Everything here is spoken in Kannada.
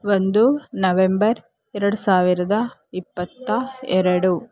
ಒಂದು ನವೆಂಬರ್ ಎರಡು ಸಾವಿರದ ಇಪ್ಪತ್ತ ಎರಡು